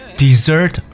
dessert